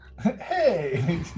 Hey